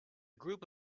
group